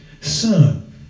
Son